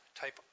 type